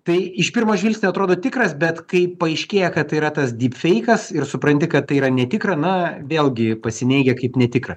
tai iš pirmo žvilgsnio atrodo tikras bet kai paaiškėja kad tai yra tas dyp feikas ir supranti kad tai yra netikra na vėlgi pasineigia kaip netikra